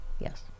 Yes